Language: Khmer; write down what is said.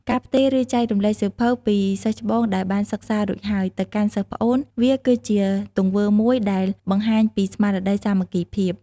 ការផ្ទេរ ឬចែករំលែកសៀវភៅពីសិស្សច្បងដែលបានសិក្សារួចហើយ ទៅកាន់សិស្សប្អូន វាគឺជាទង្វើមួយដែលបង្ហាញពីស្មារតីសាមគ្គីភាព។